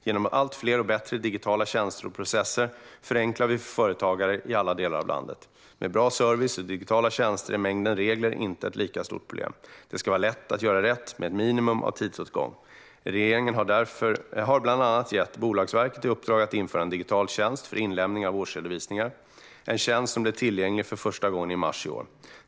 Genom allt fler och bättre digitala tjänster och processer förenklar vi för företagare i alla delar av landet. Med bra service och digitala tjänster är mängden regler inte ett lika stort problem. Det ska vara lätt att göra rätt med ett minimum av tidsåtgång. Regeringen har bland annat gett Bolagsverket i uppdrag att införa en digital tjänst för inlämning av årsredovisningar. Det är en tjänst som blev tillgänglig för första gången i mars i år.